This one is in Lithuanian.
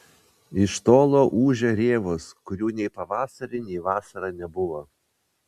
iš tolo ūžia rėvos kurių nei pavasarį nei vasarą nebuvo